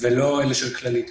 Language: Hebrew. ולא אלה של "כללית",